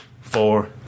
four